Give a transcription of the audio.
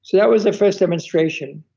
that was the first demonstration,